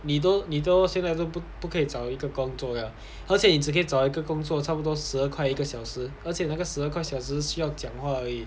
你都你都现在都不不可以找一个工作 liao 而且你只可以找一个工作差不多十二快一个小时而且那个十二个小时需要讲话而已